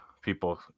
people